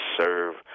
serve